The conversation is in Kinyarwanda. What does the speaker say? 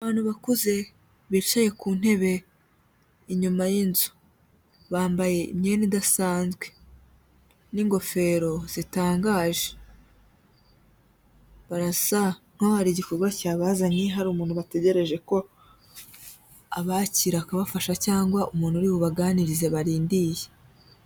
Abantu bakuze bicaye ku ntebe inyuma y'inzu, bambaye imyenda idasanzwe n'ingofero zitangaje, barasa nkaho hari igikorwa cyabazanye hari umuntu bategereje ko abakira akabafashacyangwa umuntu uri bubaganirize barindiriye.